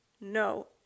No